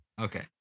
Okay